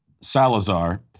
Salazar